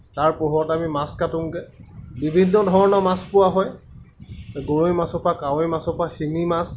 তাৰ পোহৰত আমি মাছ কাটোঁগৈ বিভিন্ন ধৰণৰ মাছ পোৱা হয় গৰৈ মাছৰ পৰা কাৱৈ মাছৰ পৰা শিঙি মাছ